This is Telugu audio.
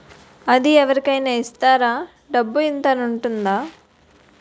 అది అవరి కేనా ఇస్తారా? డబ్బు ఇంత అని ఉంటుందా?